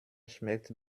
schmeckt